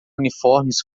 uniformes